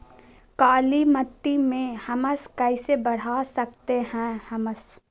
कालीमती में हमस कैसे बढ़ा सकते हैं हमस?